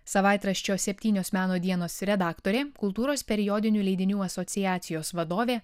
savaitraščio septynios meno dienos redaktorė kultūros periodinių leidinių asociacijos vadovė